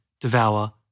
devour